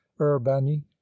urbani